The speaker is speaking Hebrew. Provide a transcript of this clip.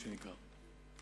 מה שנקרא.